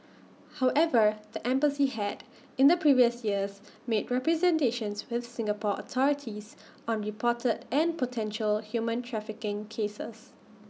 however the embassy had in the previous years made representations with Singapore authorities on reported and potential human trafficking cases